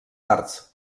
arts